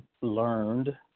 learned